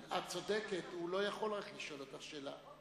את צודקת, הוא רק לא יכול לשאול אותך שאלה.